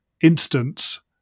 instance